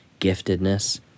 giftedness